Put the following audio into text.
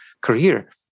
career